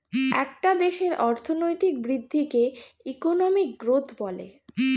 একটা দেশের অর্থনৈতিক বৃদ্ধিকে ইকোনমিক গ্রোথ বলে